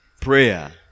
prayer